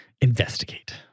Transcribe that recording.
investigate